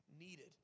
needed